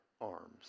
arms